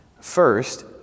First